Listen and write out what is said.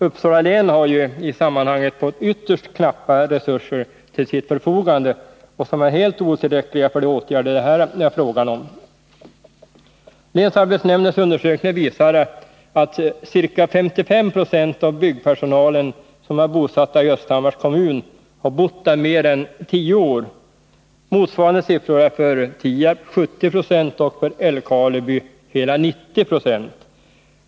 Uppsala län har ju i sammanhanget fått ytterst knappa resurser till sitt förfogande, och de är helt otillräckliga för de åtgärder det här är fråga om. Länsarbetsnämndens undersökning visar att ca 55 90 av byggpersonalen som är bosatt i Östhammars kommun har bott där mer än tio år. Motsvarande siffror är 70 96 för Tierp och hela 90 96 för Älvkarleby.